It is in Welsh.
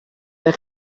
eich